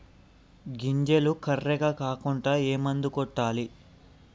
గింజలు కర్రెగ కాకుండా ఏ మందును కొట్టాలి?